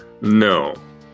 no